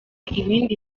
ibindi